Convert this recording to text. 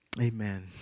Amen